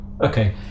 okay